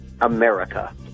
america